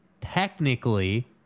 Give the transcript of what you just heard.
technically